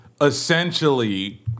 essentially